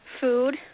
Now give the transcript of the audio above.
food